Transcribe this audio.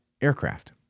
aircraft